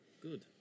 good